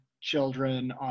children